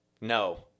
No